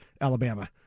Alabama